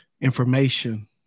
information